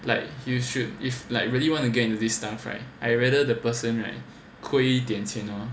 like you should if like really want to get into this stuff right I rather the person right 亏一点钱 hor